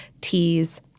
teas